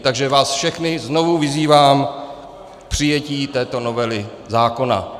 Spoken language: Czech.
Takže vás všechny znovu vyzývám k přijetí této novely zákona.